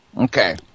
okay